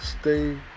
stay